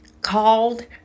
called